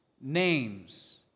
names